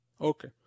Okay